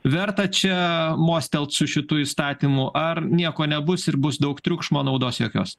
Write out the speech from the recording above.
verta čia mostelt su šitu įstatymu ar nieko nebus ir bus daug triukšmo naudos jokios